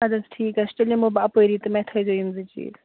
اَدٕ حظ ٹھیٖک حظ چھُ تیٚلہِ یِمہٕ ہو بہٕ اَپٲری تہٕ مےٚ تھٲوزیٚو یِم زٕ چیٖز